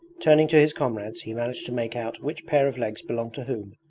turning to his comrades he managed to make out which pair of legs belonged to whom,